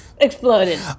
exploded